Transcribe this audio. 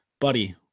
buddy